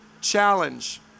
challenge